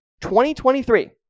2023